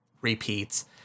repeats